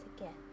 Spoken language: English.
again